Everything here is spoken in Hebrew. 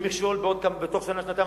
יהיה מכשול בתוך שנה-שנתיים.